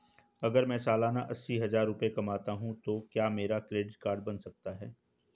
अगर मैं सालाना अस्सी हज़ार रुपये कमाता हूं तो क्या मेरा क्रेडिट कार्ड बन सकता है?